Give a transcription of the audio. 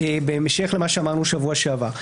בהמשך למה שאמרנו בשבוע שעבר.